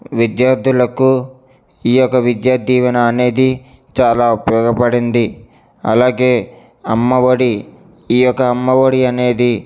విద్యార్థులకు ఈ యొక్క విద్యా దీవెన అనేది చాలా ఉపయోగపడింది అలాగే అమ్మ ఒడి ఈ యొక్క అమ్మ ఒడి అనేది